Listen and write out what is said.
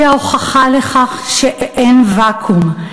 היא ההוכחה לכך שאין ואקום.